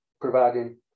providing